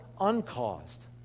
uncaused